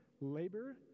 labor